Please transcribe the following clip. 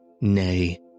Nay